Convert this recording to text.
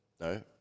no